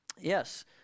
Yes